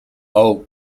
oak